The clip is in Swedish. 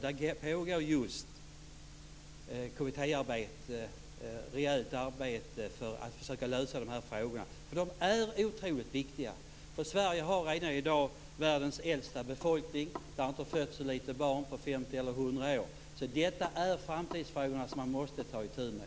Det pågår just nu ett kommittéarbete - ett rejält arbete för att försöka lösa dessa frågor. De är otroligt viktiga. Sverige har redan i dag världens äldsta befolkning. Det har inte fötts så lite barn på 50 eller 100 år. Detta är de framtidsfrågor som man måste ta itu med.